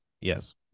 yes